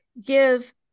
give